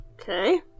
Okay